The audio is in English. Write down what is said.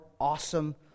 awesome